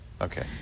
Okay